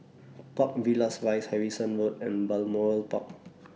Park Villas Rise Harrison Road and Balmoral Park